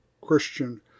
Christian